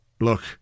look